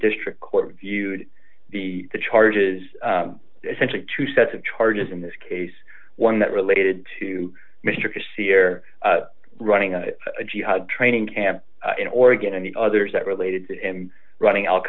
district court viewed the the charges essentially two sets of charges in this case one that related to mr cossey or running a jihad training camp in oregon and the others that related to him running al